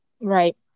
Right